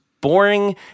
boring